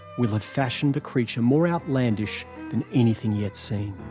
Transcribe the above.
we'll have fashioned a creature more outlandish than anything yet seen.